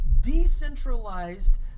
decentralized